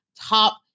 top